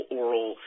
oral